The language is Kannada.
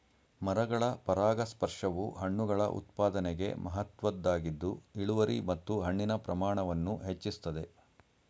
ಮರಗಳ ಪರಾಗಸ್ಪರ್ಶವು ಹಣ್ಣುಗಳ ಉತ್ಪಾದನೆಗೆ ಮಹತ್ವದ್ದಾಗಿದ್ದು ಇಳುವರಿ ಮತ್ತು ಹಣ್ಣಿನ ಪ್ರಮಾಣವನ್ನು ಹೆಚ್ಚಿಸ್ತದೆ